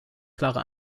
klare